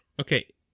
Okay